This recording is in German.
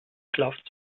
klafft